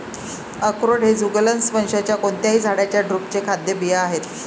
अक्रोड हे जुगलन्स वंशाच्या कोणत्याही झाडाच्या ड्रुपचे खाद्य बिया आहेत